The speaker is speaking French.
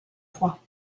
proies